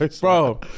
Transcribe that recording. Bro